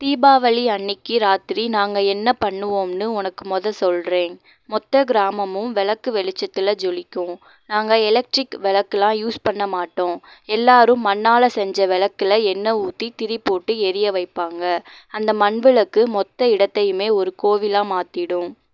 தீபாவளி அன்னைக்கு ராத்திரி நாங்கள் என்ன பண்ணுவோம்னு உனக்கு மொதல சொல்கிறேன் மொத்த கிராமமும் விளக்கு வெளிச்சத்தில் ஜொலிக்கும் நாங்கள் எலெக்ட்ரிக் வெளக்கெல்லாம் யூஸ் பண்ண மாட்டோம் எல்லோரும் மண்ணால் செஞ்ச விளக்குல எண்ணெய் ஊற்றி திரி போட்டு எரிய வைப்பாங்க அந்த மண் விளக்கு மொத்த இடத்தையுமே ஒரு கோவிலாக மாத்திவிடும்